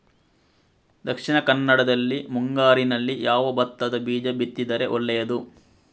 ದಕ್ಷಿಣ ಕನ್ನಡದಲ್ಲಿ ಮುಂಗಾರಿನಲ್ಲಿ ಯಾವ ಭತ್ತದ ಬೀಜ ಬಿತ್ತಿದರೆ ಒಳ್ಳೆಯದು?